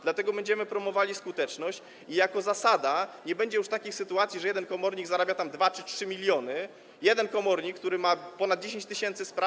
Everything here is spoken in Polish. Dlatego będziemy promowali skuteczność i z zasady nie będzie już takich sytuacji, że jeden komornik zarabia 2 czy 3 mln, jeden komornik, który ma ponad 10 tys. spraw.